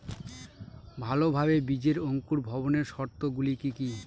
ভালোভাবে বীজের অঙ্কুর ভবনের শর্ত গুলি কি কি?